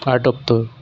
फाटकतो